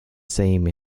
same